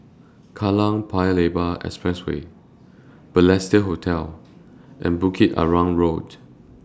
Kallang Paya Lebar Expressway Balestier Hotel and Bukit Arang Road